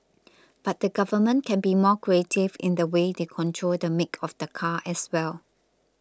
but the government can be more creative in the way they control the make of the car as well